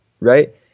right